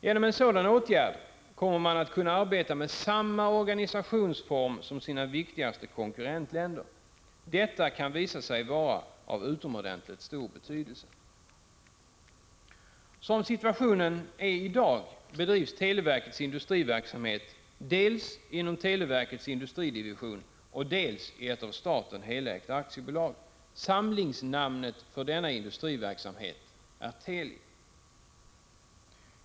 Genom en sådan åtgärd kommer man att kunna arbeta med samma Organisationsform som sina viktigaste konkurrentländer. Detta kan visa sig vara av utomordentligt stor betydelse. Som situationen är i dag bedrivs televerkets industriverksamhet dels inom televerkets industridivision, dels i ett av staten helägt aktiebolag. Samlingsnamnet för denna industriverksamhet är Teli.